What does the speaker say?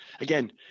again